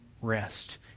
rest